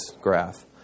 graph